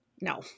No